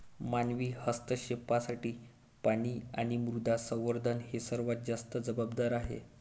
मानवी हस्तक्षेपासाठी पाणी आणि मृदा संवर्धन हे सर्वात जास्त जबाबदार आहेत